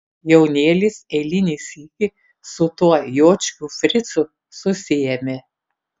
jaunėlis eilinį sykį su tuo juočkiu fricu susiėmė